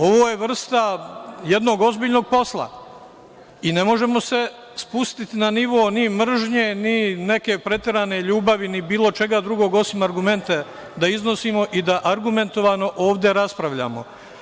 Ovo je vrsta jednog ozbiljnog posla i ne možemo se spustiti na nivo ni mržnje ni neke preterane ljubavi, ni bilo čega drugog, osim argumente da iznosimo i da argumentovano ovde raspravljamo.